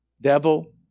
Devil